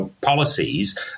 policies